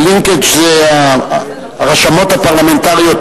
הלינקג', זה הרשמות הפרלמנטריות.